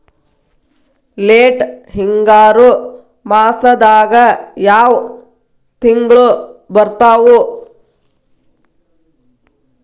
Late ಹಿಂಗಾರು ಮಾಸದಾಗ ಯಾವ್ ತಿಂಗ್ಳು ಬರ್ತಾವು?